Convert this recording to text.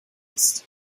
ist